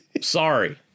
Sorry